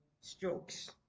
strokes